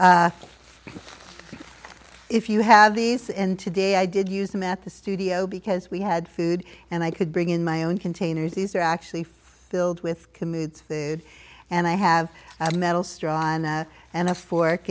if you have these in today i did use them at the studio because we had food and i could bring in my own containers these are actually filled with the mood and i have a metal straw on and a fork